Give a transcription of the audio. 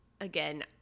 again